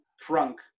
trunk